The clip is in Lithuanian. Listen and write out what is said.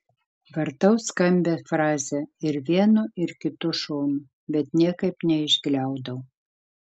vartau skambią frazę ir vienu ir kitu šonu bet niekaip neišgliaudau